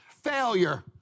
failure